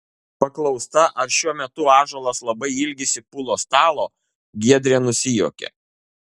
paklausta ar šiuo metu ąžuolas labai ilgisi pulo stalo giedrė nusijuokė